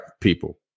people